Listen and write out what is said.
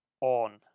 on